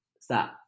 stop